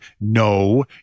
no